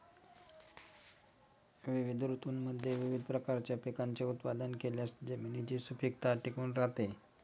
विविध ऋतूंमध्ये विविध प्रकारच्या पिकांचे उत्पादन केल्यास जमिनीची सुपीकता टिकून राहते